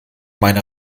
meine